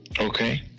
Okay